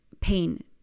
Pain